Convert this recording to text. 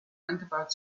angebaut